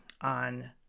on